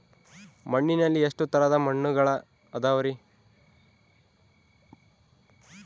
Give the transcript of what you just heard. ಮಣ್ಣಿನಲ್ಲಿ ಎಷ್ಟು ತರದ ಮಣ್ಣುಗಳ ಅದವರಿ?